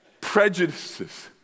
prejudices